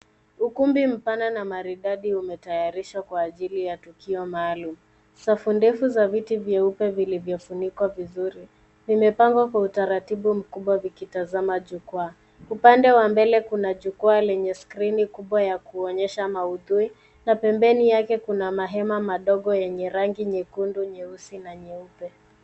Ukumbi mpana na maridadi umetayarishwa kwa ajili ya tukio maalum. Safu ndefu za viti vyeupe vilivyofunikwa vizuri vimepangwa kwa utaratibu mkubwa vikitazama jukwaa. Upande wa mbele kuna jukwaa lenye skrini kubwa ya kuonyesha maudhui, na pembeni yake kuna mahema madogo yenye rangi nyekundu, nyeusi na nyeupe.